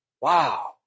Wow